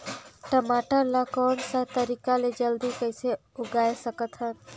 टमाटर ला कोन सा तरीका ले जल्दी कइसे उगाय सकथन?